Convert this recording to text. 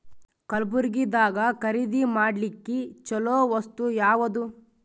ಕಲಬುರ್ಗಿದಾಗ ಖರೀದಿ ಮಾಡ್ಲಿಕ್ಕಿ ಚಲೋ ವಸ್ತು ಯಾವಾದು?